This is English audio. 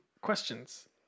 questions